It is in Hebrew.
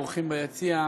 אורחים ביציע,